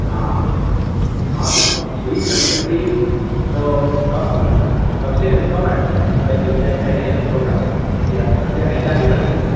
हाँ हाँ तो ठीक है मतलब ये कि तो कब कबसे कब आयेंगी आप कैसे होगा ये प्रक्रिया आगे कैसे आगे बढ़ेगी